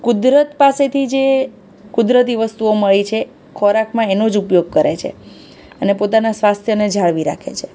કુદરત પાસેથી જે કુદરતી વસ્તુઓ મળી છે ખોરાકમાં એનો જ ઉપયોગ કરે છે અને પોતાના સ્વાસ્થ્યને જાળવી રાખે છે